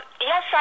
Yes